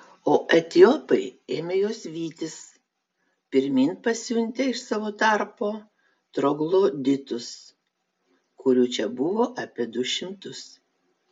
o etiopai ėmė juos vytis pirmyn pasiuntę iš savo tarpo trogloditus kurių čia buvo apie du šimtus